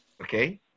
Okay